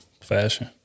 fashion